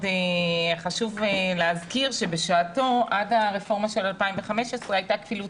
חשוב להזכיר שבשעתו עד הרפורמה של 2015 הייתה כפילות